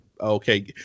okay